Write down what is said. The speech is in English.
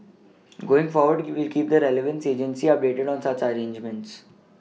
going forward we will keep that relevant agencies see updated on such arrangements